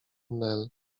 nel